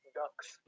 ducks